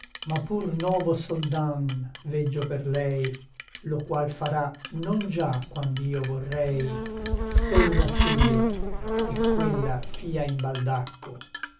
ma pur novo soldan veggio per lei lo qual farà non già quand'io vorrei sol una sede et quella fia in baldacco